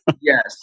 Yes